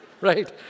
right